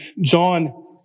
John